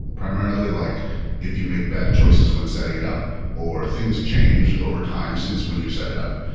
primarily, like if you make bad choices when setting it up or things change over time since when you set it up.